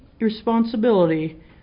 responsibility